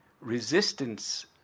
resistance